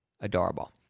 adorable